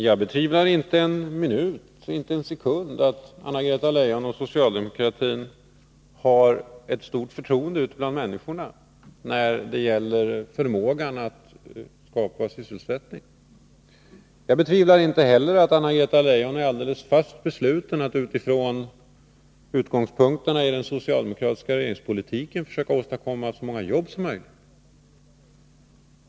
Fru talman! Jag betvivlar inte en sekund att Anna-Greta Leijon och socialdemokratin har ett stort förtroende bland människorna när det gäller förmågan att skapa sysselsättning. Jag betvivlar inte heller att Anna-Greta Leijon är fast besluten att från utgångspunkterna i den socialdemokratiska regeringspolitiken försöka åstadkomma så många jobb som möjligt.